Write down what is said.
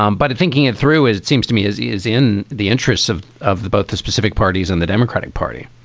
um but thinking it through, as it seems to me, as he is in the interests of of both the specific parties and the democratic party